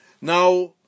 Now